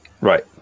Right